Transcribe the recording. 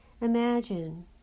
imagine